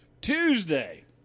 Tuesday